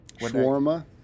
Shawarma